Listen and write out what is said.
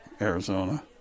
Arizona